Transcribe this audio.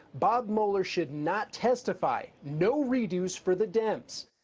bob mueller should not testify. no redos for the dems.